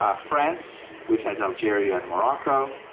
ah france, which has algeria and morocco,